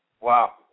Wow